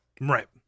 right